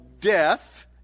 death